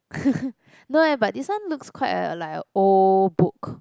no eh but this one looks quite err like a old book